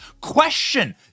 question